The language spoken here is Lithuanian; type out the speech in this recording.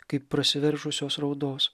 kaip prasiveržusios raudos